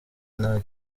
nta